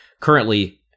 currently